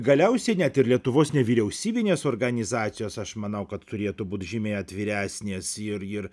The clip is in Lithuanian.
galiausiai net ir lietuvos nevyriausybinės organizacijos aš manau kad turėtų būt žymiai atviresnės ir ir